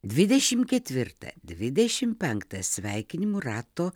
dvidešim ketvirtą dvidešim penktą sveikinimų rato